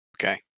Okay